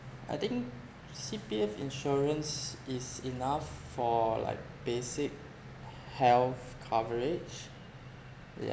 I think C_P_F insurance is enough for like basic h~ health coverage